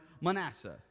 Manasseh